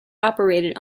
operated